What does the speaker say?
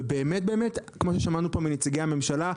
וכמו ששמענו פה מנציגי הממשלה,